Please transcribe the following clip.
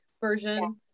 version